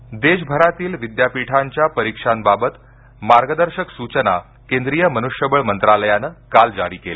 परिक्षा देशभरातील विद्यापीठांच्या परिक्षांबाबत मार्गदर्शक सूचना केंद्रीय मन्ष्यबळ मंत्रालयानं काल जारी केल्या